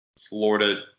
Florida